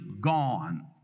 gone